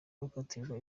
gukatirwa